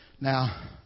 Now